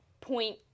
point